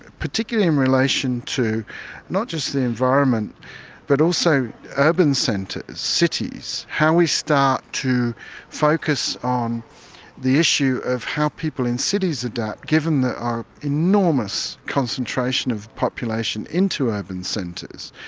particularly in relation to not just the environment but also urban centres, cities, how we start to focus on the issue of how people in cities adapt given there are enormous concentrations of population into urban centres,